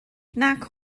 nac